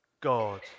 God